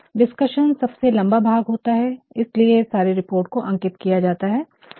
discussion Discussionविमर्श सबसे लंबा भाग होता है और इसीलिए सारे रिपोर्ट्स को अंकित किया जाता है